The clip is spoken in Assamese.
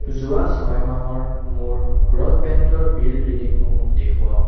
যোৱা ছয়মাহৰ মোৰ ব্ৰ'ডবেণ্ডৰ বিল ৰিডিংসমূহ দেখুৱাওঁক